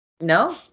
No